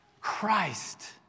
Christ